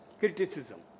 criticism